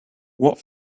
what